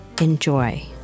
enjoy